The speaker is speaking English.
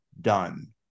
done